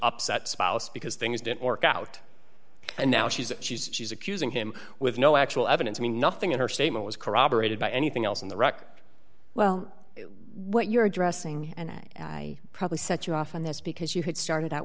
upset spouse because things didn't work out and now she's she's she's accusing him with no actual evidence i mean nothing in her statement was corroborated by anything else in the wreck well what you're addressing and i probably set you off on this because you had started out